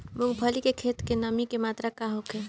मूँगफली के खेत में नमी के मात्रा का होखे?